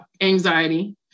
anxiety